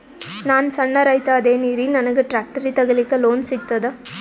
ನಾನ್ ಸಣ್ ರೈತ ಅದೇನೀರಿ ನನಗ ಟ್ಟ್ರ್ಯಾಕ್ಟರಿ ತಗಲಿಕ ಲೋನ್ ಸಿಗತದ?